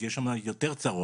יש שמה יותר צרות,